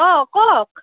অঁ কওক